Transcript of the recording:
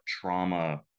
trauma